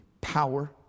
power